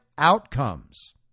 outcomes